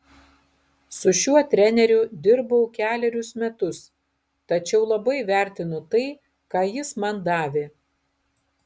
su šiuo treneriu dirbau kelerius metus tačiau labai vertinu tai ką jis man davė